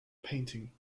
painting